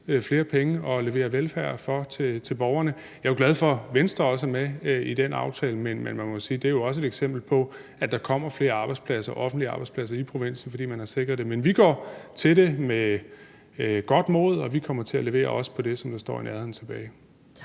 flere penge at levere velfærd for til borgerne. Jeg er jo glad for, at Venstre også er med i den aftale. Men man må sige, at det jo også er et eksempel på, at der kommer flere offentlige arbejdspladser i provinsen, fordi man har sikret det. Men vi går til det med godt mod, og vi kommer til at levere, også på det, som står i »Nærheden tilbage«.